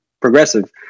progressive